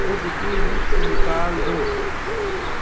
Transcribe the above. بدھ کی لسٹ نکال دو